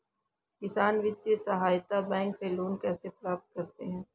किसान वित्तीय सहायता बैंक से लोंन कैसे प्राप्त करते हैं?